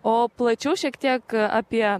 o plačiau šiek tiek apie